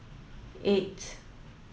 eight